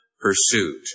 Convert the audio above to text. pursuit